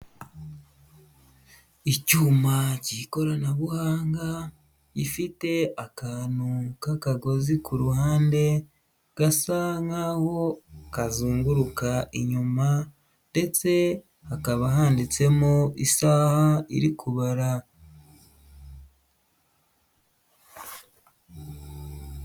Icyuma cy'ikoranabuhanga gifite akantu k'akagozi ku ruhande gasa nkaho kazunguruka inyuma ndetse hakaba handitsemo isaha iri kubara.